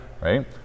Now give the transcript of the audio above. Right